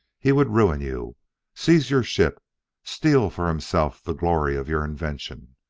he would ruin you seize your ship steal for himself the glory of your invention.